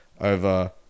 over